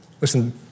Listen